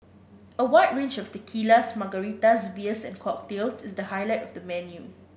a wide range of tequilas margaritas beers and cocktails is the highlight of the menu